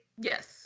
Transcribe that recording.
yes